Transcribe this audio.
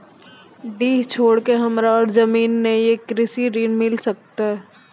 डीह छोर के हमरा और जमीन ने ये कृषि ऋण मिल सकत?